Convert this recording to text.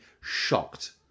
shocked